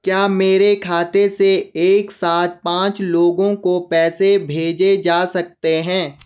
क्या मेरे खाते से एक साथ पांच लोगों को पैसे भेजे जा सकते हैं?